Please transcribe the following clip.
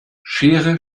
schere